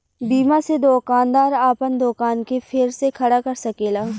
बीमा से दोकानदार आपन दोकान के फेर से खड़ा कर सकेला